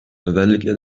özellikle